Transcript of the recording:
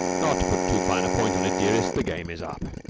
not to put too fine a point on it, dearest, the game is up.